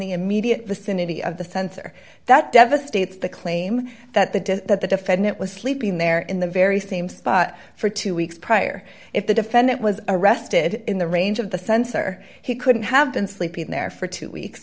the immediate vicinity of the sensor that devastates the claim that the day that the defendant was sleeping there in the very same spot for two weeks prior if the defendant was arrested in the range of the sensor he couldn't have been sleeping there for two weeks